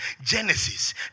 Genesis